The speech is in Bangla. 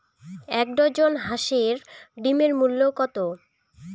এক ডজন হাঁসের ডিমের মূল্য কত?